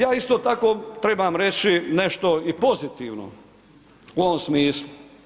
Ja isto tako trebam reći nešto i pozitivno u ovom smislu.